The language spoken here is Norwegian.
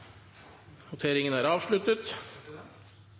Replikkordskiftet er avslutta.